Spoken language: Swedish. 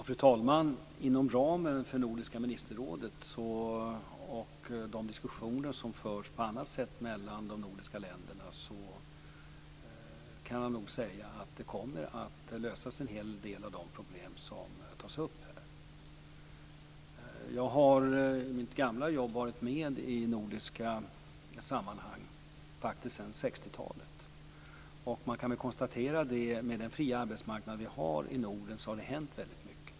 Fru talman! Jag kan nog säga att en hel del av de problem som tas upp här kommer att lösas inom ramen för Nordiska ministerrådet och de diskussioner som förs på annat sätt mellan de nordiska länderna. Jag har i mitt gamla jobb varit med i nordiska sammanhang faktiskt sedan 1960-talet. Med tanke på den fria arbetsmarknad vi har i Norden kan man konstatera att det har hänt väldigt mycket.